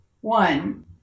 One